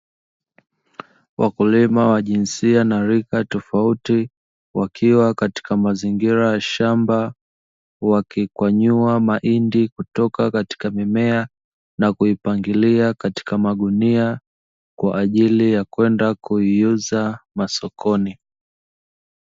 Wakulima wa jinsia na rika tofauti wakiwa katika mazingira ya shamba, wakikwanyua mahindi kutoka katika mimea na kuipangilia katika magunia kwaajili ya kwenda kuiuza masokoni.